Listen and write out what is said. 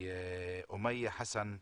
אומיה חסן טיטי,